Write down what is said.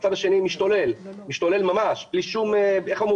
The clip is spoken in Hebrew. הצד השני משתולל ממש בלי בג"ץ,